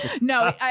no